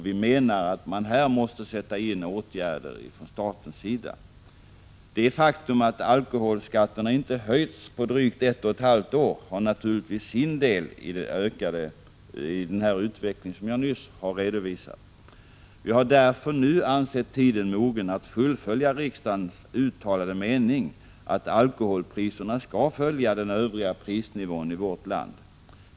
Vi menar att man här måste sätta in åtgärder från statens sida. Det faktum att alkoholskatterna inte har höjts på drygt ett och ett halvt år har naturligtvis sin del i utvecklingen. Vi har därför nu ansett tiden mogen att fullfölja riksdagens uttalade mening att alkoholpriserna skall följa den övriga prisnivån i vårt land.